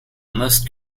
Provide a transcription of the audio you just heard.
most